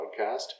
podcast